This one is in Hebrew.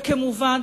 וכמובן,